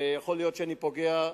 יכול להיות שאני פוגע,